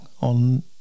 on